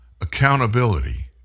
accountability